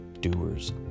doers